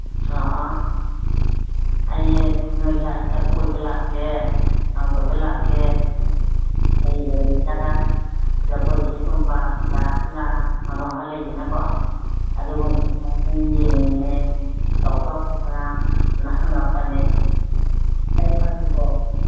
ꯑꯣ ꯑꯣ ꯑꯩꯁꯦ ꯅꯣꯏ ꯁ꯭ꯋꯥꯏꯁꯤꯗ ꯀꯣꯏꯕ ꯂꯥꯛꯀꯦ ꯂꯝ ꯀꯣꯏꯕ ꯂꯥꯛꯀꯦ ꯀꯔꯤ ꯀꯔꯤ ꯈꯔ ꯖꯒꯣꯏ ꯏꯁꯩꯒꯨꯝꯕ ꯔꯥꯁ ꯂꯤꯂꯥ ꯑꯃ ꯑꯃ ꯂꯩꯗꯅꯀꯣ ꯑꯗꯨꯒꯨꯝꯕꯁꯦ ꯈꯔ ꯁꯨꯝ ꯌꯦꯡꯅꯤꯡꯉꯦ ꯇꯧꯕ꯭ꯔ ꯈꯣꯠꯄ꯭ꯔꯅ ꯍꯪꯉꯛꯄꯅꯦ ꯑꯩ ꯈꯪꯏꯀꯣ